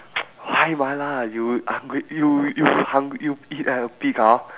why mala you hungry you you hung~ you eat like a pig ah